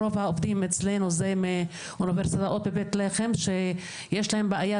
רוב העובדים אצלנו זה מאוניברסיטאות מבית לחם שיש להם בעיה